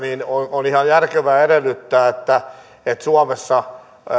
on ihan järkevää edellyttää että että suomessa